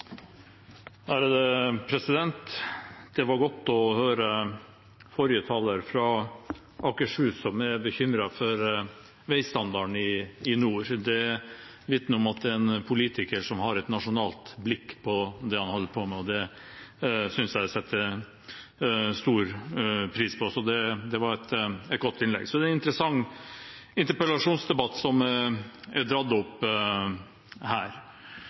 henge sammen. Det var godt å høre forrige taler fra Akershus, som er bekymret for veistandarden i nord. Det vitner om at det er en politiker som har et nasjonalt blikk på det han holder på med, og det setter jeg stor pris på. Det var et godt innlegg. Det er en interessant interpellasjonsdebatt som er dratt opp her.